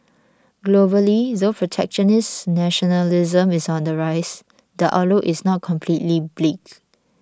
globally though protectionist nationalism is on the rise the outlook is not completely bleak